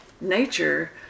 nature